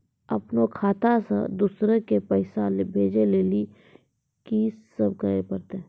अपनो खाता से दूसरा के पैसा भेजै लेली की सब करे परतै?